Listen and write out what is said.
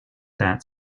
that